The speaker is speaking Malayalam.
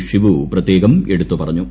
ഷിവു പ്രത്യേകം എടുത്തു പറഞ്ഞു